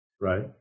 right